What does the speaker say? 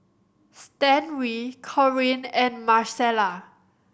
Stanley Corinne and Marcela